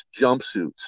jumpsuits